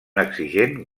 exigent